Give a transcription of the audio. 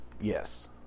Yes